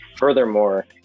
Furthermore